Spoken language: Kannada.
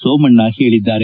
ಸೋಮಣ್ಣ ಹೇಳಿದ್ದಾರೆ